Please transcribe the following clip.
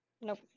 Nope